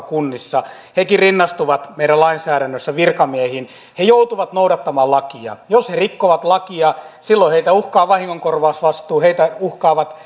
kunnissa hekin rinnastuvat meidän lainsäädännössämme virkamiehiin joutuvat noudattamaan lakia jos he rikkovat lakia silloin heitä uhkaa vahingonkorvausvastuu heitä uhkaavat